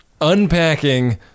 unpacking